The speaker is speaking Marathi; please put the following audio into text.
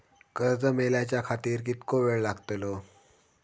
कर्ज मेलाच्या खातिर कीतको वेळ लागतलो?